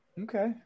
Okay